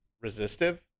resistive